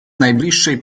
najbliższej